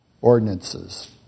ordinances